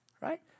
right